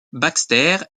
baxter